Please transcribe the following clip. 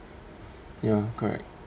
ya correct